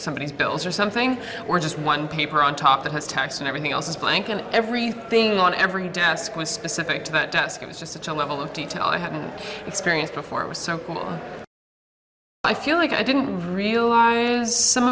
somebodies bills or something or just one paper on top that has tax and everything else is blank and everything on every desk was specific to that desk it was just such a level of detail i hadn't experienced before it was so i feel like i didn't realize some